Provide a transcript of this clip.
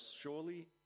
surely